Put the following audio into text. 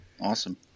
Awesome